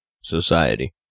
society